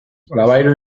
labayru